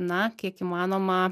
na kiek įmanoma